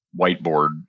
whiteboard